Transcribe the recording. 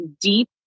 deep